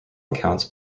accounts